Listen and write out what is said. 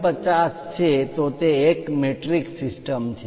50 છે તો તે એક મેટ્રિક સિસ્ટમ છે